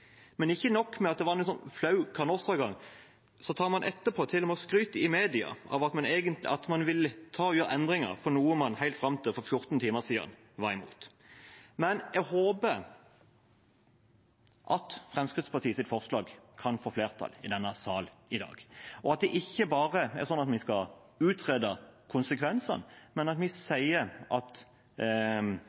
Ikke nok med at det var en flau canossagang, men man skryter etterpå til og med i media av at man vil gjøre endringer i noe man helt fram til for 14 timer siden var imot. Jeg håper at Fremskrittspartiets forslag kan få flertall i denne sal i dag, og at det ikke bare er slik at vi skal utrede konsekvenser, men at vi sier vi skal gjøre de nødvendige lovendringene, slik at